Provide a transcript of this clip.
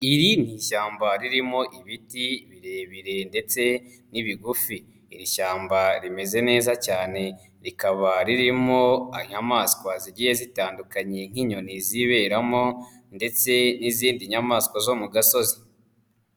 Iri ni ishyamba ririmo ibiti birebire ndetse n'ibigufi, iri shyamba rimeze neza cyane rikaba ririmo inyamaswa zigiye zitandukanye nk'inyoni ziberamo ndetse n'izindi nyamaswa zo mu gasozi.